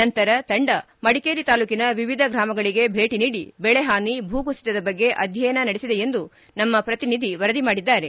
ನಂತರ ತಂಡ ಮಡಿಕೇರಿ ತಾಲೂಕಿನ ವಿವಿಧ ಗ್ರಾಮಗಳಗೆ ಭೇಟ ನೀಡಿ ಬೆಳೆ ಹಾನಿ ಭೂಕುಸಿತದ ಬಗ್ಗೆ ಅಧ್ಯಯನ ನಡೆಸಿದೆ ಎಂದು ನಮ್ನ ಪ್ರತಿನಿಧಿ ವರದಿ ಮಾಡಿದ್ದಾರೆ